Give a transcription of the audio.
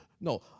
No